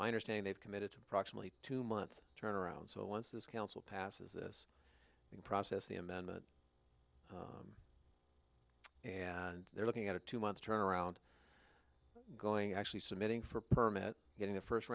i understand they've committed to approximately two month turnaround so once this council passes this process the amendment and they're looking at a two month turnaround going actually submitting for permit getting a first